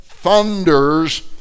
thunders